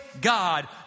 God